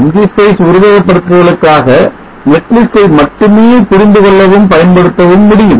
Ngspice உருவகப்படுத்துதலுக்காக netlist ஐ மட்டுமே புரிந்து கொள்ளவும் பயன்படுத்தவும் முடியும்